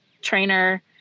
trainer